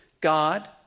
God